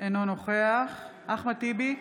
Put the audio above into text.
אינו נכוח אחמד טיבי,